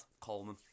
Coleman